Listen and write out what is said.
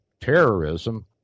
terrorism